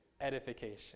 edification